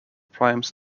primes